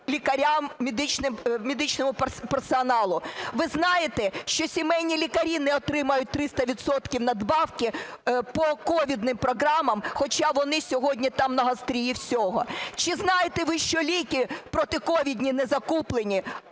лікарям, медичному персоналу? Ви знаєте, що сімейні лікарі не отримають 300 відсотків надбавки по ковідним програмам, хоча вони сьогодні там на гострії всього? Чи знаєте ви, що ліки протиковідні не закуплені,